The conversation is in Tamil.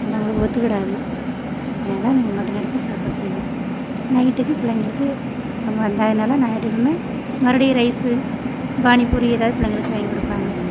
அந்த அவங்களுக்கு ஒத்துக்கிடாது அதனால நாங்கள் மட்டன் எடுத்து சாப்பாடு செய்வோம் நைட்டுக்கு பிள்ளைங்களுக்கு அவங்க வந்ததுனால் நைட்டுக்குன்னு மறுபடி ரைஸு பானிபூரி எதாவது பிள்ளைங்களுக்கு வாங்கிக்கொடுப்பாங்க